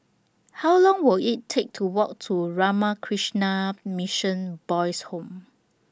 How Long Will IT Take to Walk to Ramakrishna Mission Boys' Home